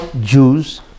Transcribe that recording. Jews